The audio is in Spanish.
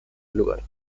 lugar